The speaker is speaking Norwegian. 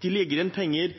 De legger igjen penger